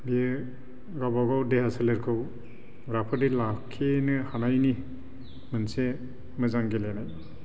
बेयो गावबागाव देहा सोलेरखौ राफोदै लाखिनो हानायनि मोनसे मोजां गेलेनाय